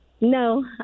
No